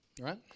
right